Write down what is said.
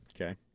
Okay